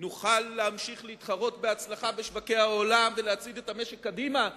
נוכל להמשיך להתחרות בהצלחה בשוקי העולם ולהצעיד את המשק קדימה קודם.